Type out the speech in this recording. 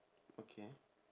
okay